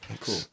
Cool